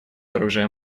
оружия